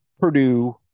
Purdue